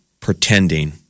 pretending